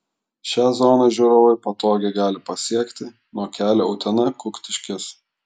šią zoną žiūrovai patogiai gali pasiekti nuo kelio utena kuktiškės